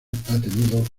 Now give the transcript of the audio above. tenido